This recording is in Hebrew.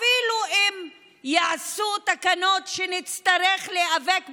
אפילו אם יעשו תקנות שנצטרך להיאבק בהן,